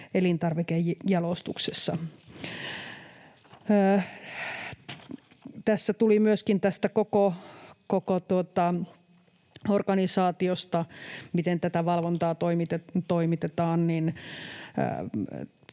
elintarvikejalostuksessa. Tässä tuli myöskin tästä koko organisaatiosta, miten tätä valvontaa toimitetaan,